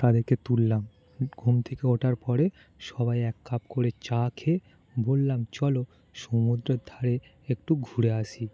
তাদেরকে তুললাম ঘুম থেকে ওঠার পরে সবাই এক কাপ করে চা খেয়ে বললাম চলো সমুদ্রের ধারে একটু ঘুরে আসি